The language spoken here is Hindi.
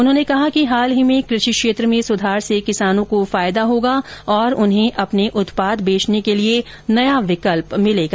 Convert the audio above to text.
उन्होंने कहा कि हाल में कृषि क्षेत्र में सुधार से किसानों को फायदा होगा और उन्हें अपने उत्पाद बेचने के लिए नया विकल्प मिलेगा